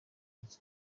iki